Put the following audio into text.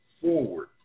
forward